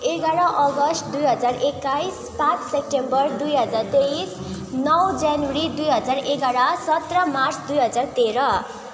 एघार अगस्त दुई हजार एक्काइस पाँच सेप्टेम्बर दुई हजार तेइस नौ जनवरी दुई हजार एघार सत्र मार्च दुई हजार तेह्र